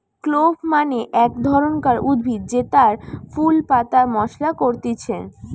clove মানে এক ধরণকার উদ্ভিদ জেতার ফুল পাতা মশলা করতিছে